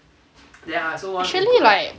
actually like